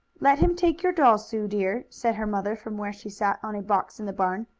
let him take your doll, sue dear, said her mother, from where she sat on a box in the barn.